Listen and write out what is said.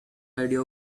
idea